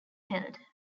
held